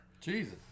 Jesus